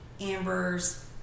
Amber's